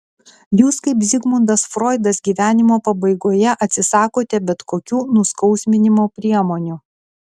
jūs kaip zigmundas froidas gyvenimo pabaigoje atsisakote bet kokių nuskausminimo priemonių